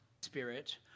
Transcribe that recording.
Spirit